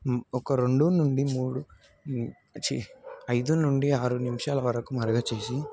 ఒక రెండు నుండి మూడు నుంచి ఐదు నుండి ఆరు నిమిషాల వరకు మరగచేసి